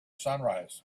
sunrise